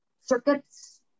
circuits